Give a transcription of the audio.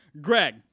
Greg